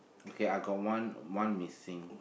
okay I got one one missing